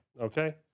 Okay